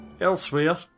Elsewhere